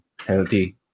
healthy